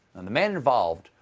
and the man involved,